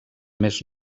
més